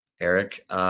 Eric